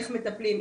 איך מטפלים,